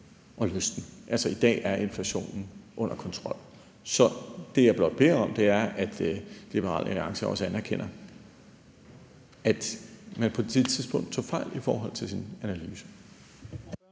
og løste den. Altså, i dag er inflationen under kontrol. Så det, jeg blot beder om, er, at Liberal Alliance også anerkender, at man på det tidspunkt tog fejl i forhold til sin analyse.